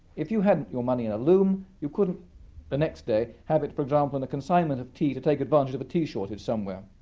if you had your money in a loom, you couldn't the next day have it, for example, in a consignment of tea to take advantage of a tea shortage somewhere.